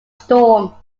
storm